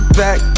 back